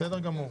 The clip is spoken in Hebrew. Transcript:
בסדר גמור.